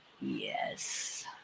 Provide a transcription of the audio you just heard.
Yes